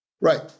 Right